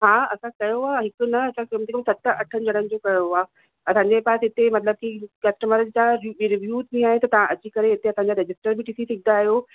हा असां कयो आहे हिक न असां कम से कमु सत अठ ॼणण जो कयो आहे असांजे पास हिते मतिलब की कस्टमर जा रिव्यू रिव्यू थींदा आहिनि त तव्हां अची करे हिते असांजा रजिस्टर बि ॾिसी सघंदा आहियो